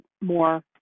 more